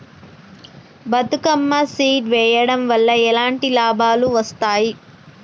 Bathukamma seed వెయ్యడం వల్ల ఎలాంటి లాభాలు వస్తాయి?